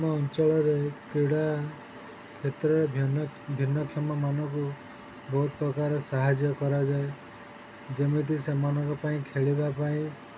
ଆମ ଅଞ୍ଚଳରେ କ୍ରୀଡ଼ା କ୍ଷେତ୍ରରେ ଭିନ୍ନ ଭିନ୍ନକ୍ଷମମାନଙ୍କୁ ବହୁତ ପ୍ରକାର ସାହାଯ୍ୟ କରାଯାଏ ଯେମିତି ସେମାନଙ୍କ ପାଇଁ ଖେଳିବା ପାଇଁ